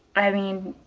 i mean,